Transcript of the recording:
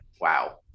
wow